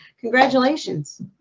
congratulations